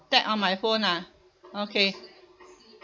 tap on my phone ah okay